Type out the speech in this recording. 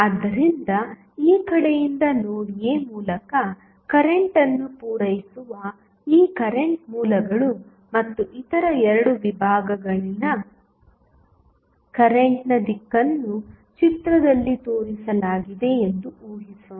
ಆದ್ದರಿಂದ ಈ ಕಡೆಯಿಂದ ನೋಡ್ a ಮೂಲಕ ಕರೆಂಟ್ ಅನ್ನು ಪೂರೈಸುವ ಈ ಕರೆಂಟ್ ಮೂಲಗಳು ಮತ್ತು ಇತರ 2 ವಿಭಾಗಗಳಲ್ಲಿನ ಕರೆಂಟ್ನ ದಿಕ್ಕನ್ನು ಚಿತ್ರದಲ್ಲಿ ತೋರಿಸಲಾಗಿದೆ ಎಂದು ಊಹಿಸೋಣ